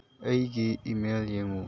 ꯑꯩꯒꯤ ꯏꯃꯦꯜ ꯌꯦꯡꯉꯨ